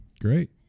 great